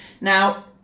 Now